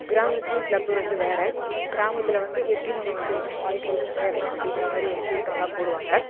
கிராமத்துலேயும் கிளப்பு வந்து வேறு கிராமத்தில் வந்து எப்படி நம்ம வந்து வாழ்க்கையில் முன்னேறலாம் அப்படிங்கிற மாதிரி ஒரு கூட்டம்லாம் போடுவாங்க